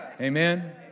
Amen